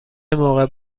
موقع